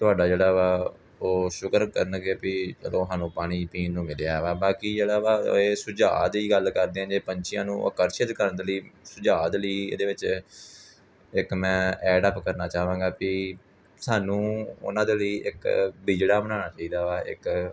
ਤੁਹਾਡਾ ਜਿਹੜਾ ਵਾ ਉਹ ਸ਼ੁਕਰ ਕਰਨਗੇ ਵੀ ਜਦੋਂ ਸਾਨੂੰ ਪਾਣੀ ਪੀਣ ਨੂੰ ਮਿਲਿਆ ਵਾ ਬਾਕੀ ਜਿਹੜਾ ਵਾ ਇਹ ਸੁਝਾਅ ਦੀ ਗੱਲ ਕਰਦੇ ਜੇ ਬੱਚਿਆਂ ਨੂੰ ਆਕਰਸ਼ਿਤ ਕਰਨ ਦੇ ਲਈ ਸੁਝਾਅ ਦੇ ਲਈ ਇਹਦੇ ਵਿੱਚ ਇੱਕ ਮੈਂ ਐਡ ਅਪ ਕਰਨਾ ਚਾਹਾਂਗਾ ਵੀ ਸਾਨੂੰ ਉਹਨਾਂ ਦੇ ਲਈ ਇੱਕ ਬੀਜੜਾ ਬਣਾਉਣਾ ਚਾਹੀਦਾ ਵਾ ਇੱਕ